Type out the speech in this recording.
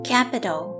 Capital